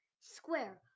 Square